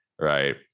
Right